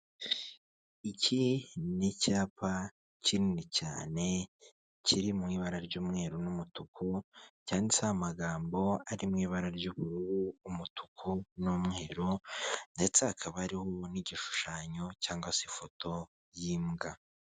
Iki ni icyapa kinini cyane kiri mu ibara ry'umweru n'umutuku, cyanyanditseho amagambo ari mu ibara ry'ubururu umutuku n'umweru, ndetse hakaba hari n'igishushanyo cyangwa se ifoto y'imbwa.